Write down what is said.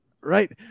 Right